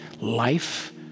life